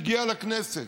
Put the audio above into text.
הגיע לכנסת